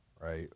Right